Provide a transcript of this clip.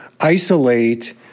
isolate